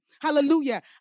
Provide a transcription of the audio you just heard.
Hallelujah